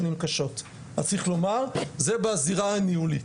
שנים אני לא אגיע כשאין לי איפה לאכלס את הילדים,